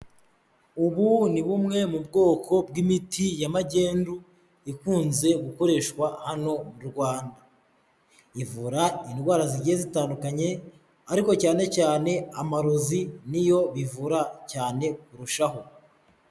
Ubu ni bumwe mu bwoko bw'imiti ya magendu ikunze gukoreshwa hano Rwanda, ivura indwara zigiye zitandukanye ariko, cyane cyane amarozi niyo bivura cyane kurushaho.